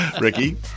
Ricky